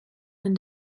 been